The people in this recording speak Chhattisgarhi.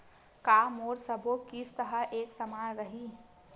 का मोर सबो किस्त ह एक समान रहि?